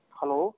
Hello